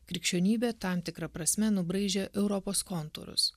krikščionybė tam tikra prasme nubraižė europos kontūrus